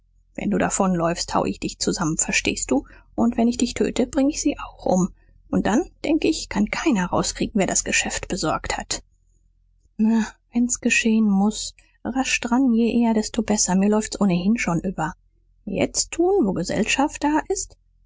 wenn du davonläufst hau ich dich zusammen verstehst du und wenn ich dich töte bring ich sie auch um und dann denk ich kann keiner rauskriegen wer das geschäft besorgt hat na wenn's geschehen muß rasch dran je eher desto besser mir läufts ohnehin schon über jetzt tun wo gesellschaft da ist